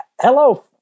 Hello